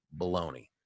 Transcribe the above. baloney